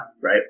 right